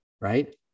right